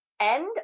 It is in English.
end